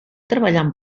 treballant